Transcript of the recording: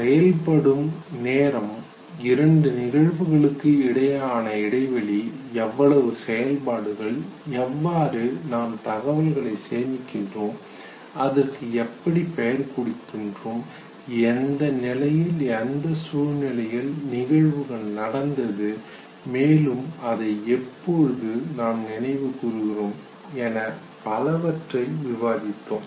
செயல்படும் நேரம் இரண்டு நிகழ்வுகளுக்கு இடையிலான இடைவெளி எவ்வளவு செயல்பாடுகள் எவ்வாறு நாம் தகவல்களை சேமிக்கிறோம் அதற்க்கு எப்படி பெயர் கொடுக்கிறோம் எந்த நிலையில் எந்த சூழ்நிலையில் நிகழ்வுகள் நடந்தது மேலும் அதை எப்பொழுது நாம் நினைவு கூறுகிறோம் என பலவற்றை விவாதித்தோம்